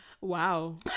Wow